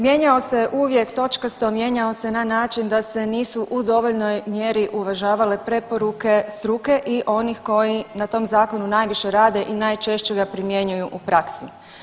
Mijenjao se uvijek točkasto, mijenjao se na način da se nisu u dovoljnoj mjeri uvažavale preporuke struke i onih koji na tom zakonu najviše rade i najčešće ga primjenjuju u praksi.